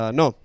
no